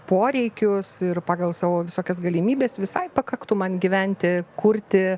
poreikius ir pagal savo visokias galimybes visai pakaktų man gyventi kurti